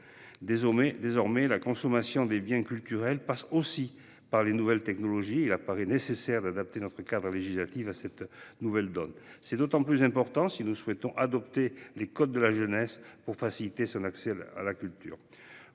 Désormais, la consommation des biens culturels passe aussi par les nouvelles technologies. Dès lors, il apparaît nécessaire d'adapter notre cadre législatif à cette nouvelle donne. Il est important d'adopter les codes de la jeunesse pour faciliter son accès à la culture.